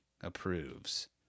approves